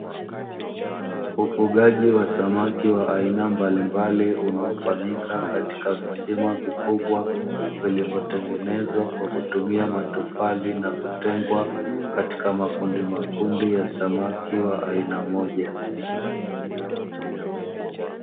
Ufugaji wa samaki wa aina mbalimbali, unaofanyika katika visima vikubwa; vilivyotengenezwa kwa kutumia matofali na kutengwa katika makundimakundi ya samaki wa aina moja.